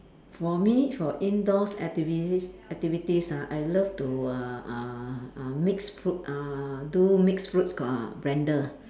for me for indoor activities activities ah I love to uh uh uh mix fruit uh do mix fruits uh blender